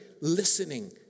listening